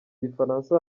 gifaransa